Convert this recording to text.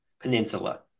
Peninsula